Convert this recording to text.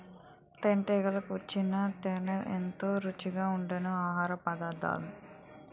తేనెటీగలు కూర్చిన తేనే ఎంతో రుచిగా ఉండె ఆహారపదార్థం